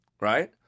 Right